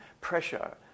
pressure